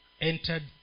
Entered